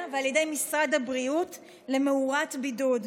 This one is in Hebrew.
ועל ידי משרד הבריאות למאורת בידוד.